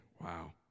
Wow